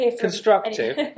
constructive